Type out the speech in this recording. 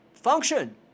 function